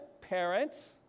parents